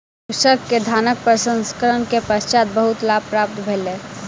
कृषक के धानक प्रसंस्करण के पश्चात बहुत लाभ प्राप्त भेलै